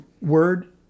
word